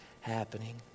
happening